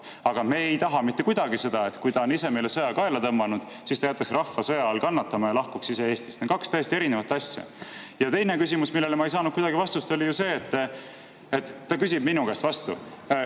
aga me ei taha mitte kuidagi seda, et kui ta oleks meile sõja kaela tõmmanud, siis ta jätaks rahva sõja all kannatama ja lahkuks ise Eestist. Need on kaks täiesti erinevat asja. Ja oli ka teine küsimus, millele ma ei saanud kuidagi vastust. Ta küsis minu käest vastu: